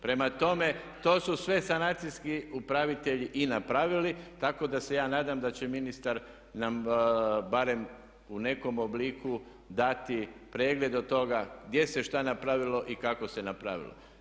Prema tome, to su sve sanacijski upravitelji i napravili tako da se ja nadam da će ministar nam barem u nekom obliku dati pregled od toga gdje se šta napravilo i kako se napravilo.